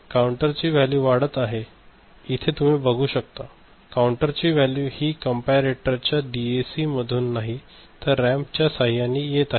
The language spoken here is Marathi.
काउंटर ची वॅल्यू वाढत आहे इथे तुम्ही बघू शकता काउंटर ची वॅल्यू हि कम्पारेटर च्या डीएसी मधून नाही तर रॅम्प च्या साहाय्याने येत आहे